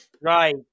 Right